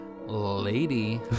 Lady